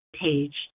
page